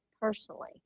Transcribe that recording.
personally